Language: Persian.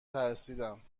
ترسیدم